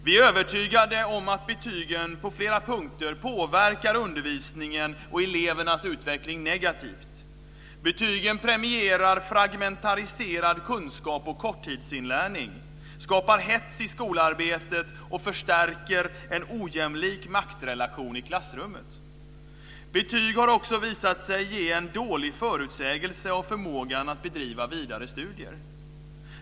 Vi är övertygade om att betygen på flera punkter påverkar undervisningen och elevernas utveckling negativt. Betygen premierar fragmentariserad kunskap och korttidsinlärning, skapar hets i skolarbetet och förstärker en ojämlik maktrelation i klassrummet. Betyg har också visat sig ge en dålig förutsägelse av förmågan att bedriva vidare studier.